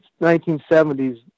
1970s